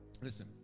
listen